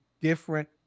different